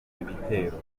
ibitero